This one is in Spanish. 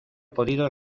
podido